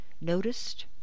noticed